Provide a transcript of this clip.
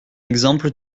exemple